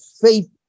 faith